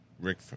Rick